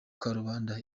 karubanda